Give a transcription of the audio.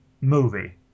movie